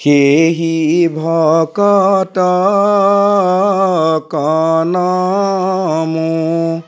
সেহি ভকতকো নমো